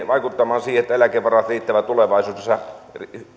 vaikuttamaan siihen että eläkevarat riittävät tulevaisuudessa